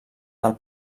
del